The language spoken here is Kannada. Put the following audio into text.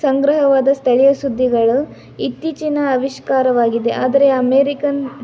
ಸಂಗ್ರಹವಾದ ಸ್ಥಳೀಯ ಸುದ್ದಿಗಳು ಇತ್ತೀಚಿನ ಆವಿಶ್ಕಾರವಾಗಿದೆ ಆದರೆ ಅಮೇರಿಕನ್